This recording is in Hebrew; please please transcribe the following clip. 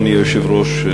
אדוני היושב-ראש,